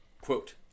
quote